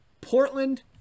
Portland